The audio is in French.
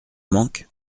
manque